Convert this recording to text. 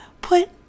put